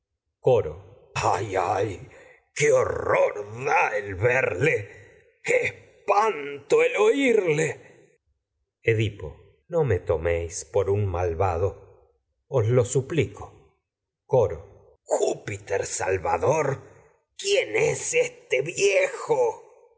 ay qué horror da el verle qué es panto el oírle edipo no me toméis por un malvado os lo su plico coro edipo júpiter salvador quien no merece quién es este viejo